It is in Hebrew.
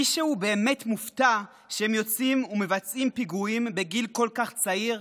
מישהו באמת מופתע שהם יוצאים ומבצעים פיגועים בגיל כל כך צעיר?